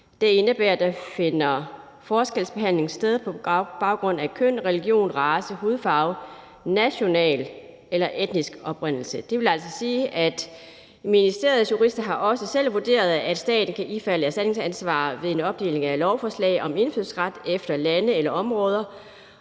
der indebærer, at der finder forskelsbehandling sted på baggrund af køn, religion, race, hudfarve, national eller etnisk oprindelse. Ministeriets jurister har også selv vurderet, at staten kan ifalde erstatningsansvar ved en opdeling af lovforslag om indfødsret efter lande eller områder,